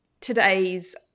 today's